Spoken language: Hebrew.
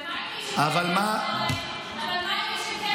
ומה עם מי שזה כן היה עוזר לה?